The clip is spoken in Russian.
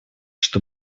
что